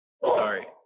sorry